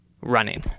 running